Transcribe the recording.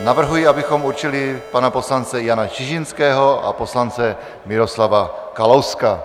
Navrhuji, abychom určili pana poslance Jana Čižinského a poslance Miroslava Kalouska.